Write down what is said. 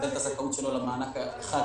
מבטל את הזכאות שלו למענק האחד